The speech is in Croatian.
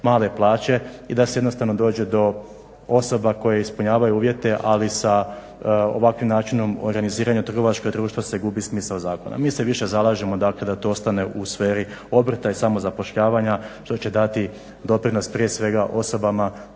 male plaće i da se jednostavno dođe do osoba koje ispunjavaju uvjete ali sa ovakvim načinom organiziranja trgovačka društva se gubi smisao zakona. Mi se više zalažemo dakle da to ostane u sferi obrta i samozapošljavanja što će dati doprinos prije svega osobama